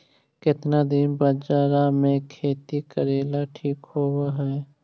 केतना दिन बाजरा के खेती करेला ठिक होवहइ?